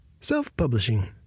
Self-publishing